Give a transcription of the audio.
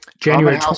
January